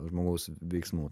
žmogaus veiksmų